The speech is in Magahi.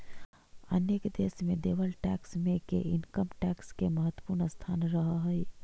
अनेक देश में देवल टैक्स मे के इनकम टैक्स के महत्वपूर्ण स्थान रहऽ हई